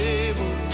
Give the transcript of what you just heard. able